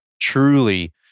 truly